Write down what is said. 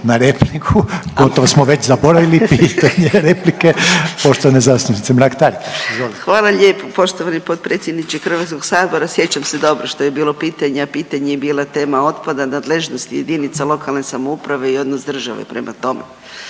na repliku, gotovo smo već zaboravili pitanje replike poštovane zastupnice Mrak-Taritaš. Izvolite. **Mrak-Taritaš, Anka (GLAS)** Hvala lijepo poštovani potpredsjedniče Hrvatskog sabora. Sjećam se dobro što je bilo pitanje, a pitanje je bila tema otpada nadležnosti jedinica lokalne samouprave i odnos države prema tom.